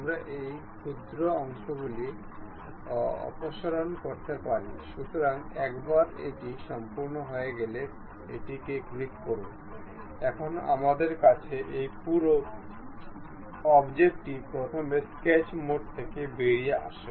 আমাদের কাছে একটি পিন আছে এবং আমাদের কাছে একটি স্লট আছে